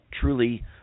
truly